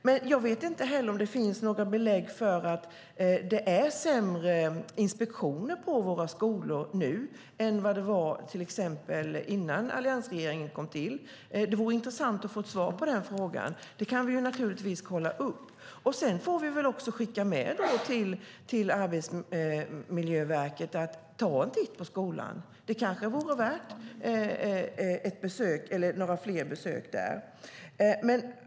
Men jag vet inte om det finns några belägg för att det är sämre inspektioner på våra skolor nu än vad det var till exempel innan alliansregeringen tillträdde. Det vore intressant att få ett svar på den frågan. Det kan vi naturligtvis kolla upp. Sedan får vi också skicka med till Arbetsmiljöverket att de ska ta en titt på skolan. Det kanske vore värt att göra några fler besök där.